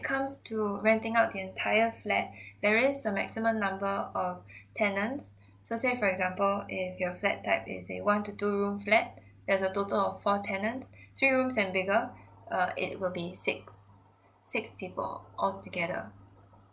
comes to renting out the entire flat there is a maximum number of tenants so say for example if your flat is a one to two room flat there's a total of four tenants three rooms and bigger uh it will be six six people all together